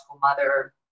mother